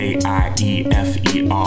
K-I-E-F-E-R